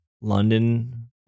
London